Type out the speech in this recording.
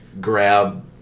grab